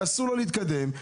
שאסור לתת לזה להתקדם,